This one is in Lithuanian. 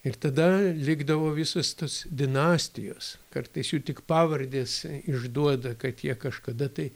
ir tada likdavo visos tos dinastijos kartais jų tik pavardės išduoda kad jie kažkada tai